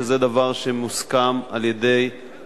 שזה דבר שמוסכם על המציע,